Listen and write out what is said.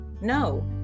No